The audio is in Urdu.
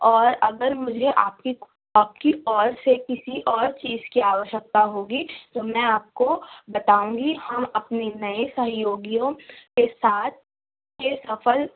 اور اگر مجھے آپ کی آپ کی اور سے کسی اور چیز کی آوشیکتا ہوگی تو میں آپ کو بتاؤں گی ہاں اپنے نئے سہیوگیوں کے ساتھ یہ سفر